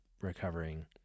recovering